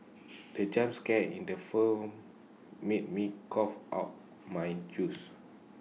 the jump scare in the film made me cough out my juice